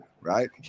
right